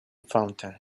fountain